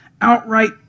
outright